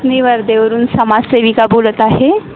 मी वर्धेवरून समाजसेविका बोलत आहे